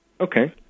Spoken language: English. Okay